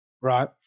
right